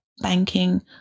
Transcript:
banking